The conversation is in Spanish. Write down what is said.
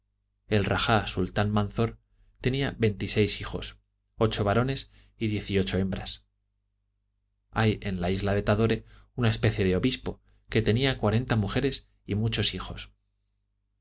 raja sultán manzor tenía veintiséis hijos ocho varones y diez y ocho hembras hay en la isla de tadore una especie de obispo que tenía cuarenta mujeres y muchos hijos